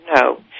No